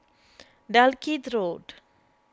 Dalkeith Road